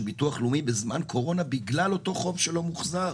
ביטוח לאומי בזמן קורונה בגלל אותו חוב שלא מוחזר.